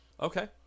Okay